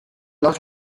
last